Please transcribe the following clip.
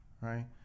right